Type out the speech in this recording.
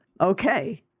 okay